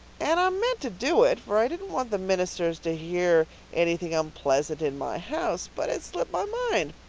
and i meant to do it, for i didn't want the ministers to hear anything unpleasant in my house. but it slipped my mind.